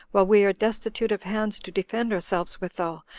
while we are destitute of hands to defend ourselves withal,